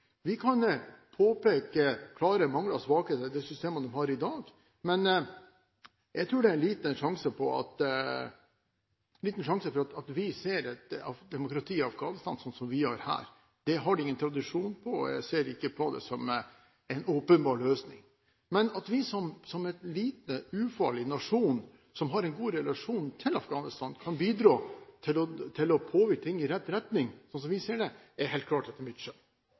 Vi kan påpeke klare mangler og svakheter ved de systemene de har i dag, men jeg tror det er liten sjanse for at vi ser et demokrati i Afghanistan som det vi har her. Det har de ingen tradisjon for, og jeg ser ikke på det som en åpenbar løsning. Men at vi, som en liten, ufarlig nasjon, som har en god relasjon til Afghanistan, kan bidra til å påvirke ting i rett retning – slik vi ser det – er etter mitt skjønn helt klart.